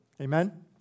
Amen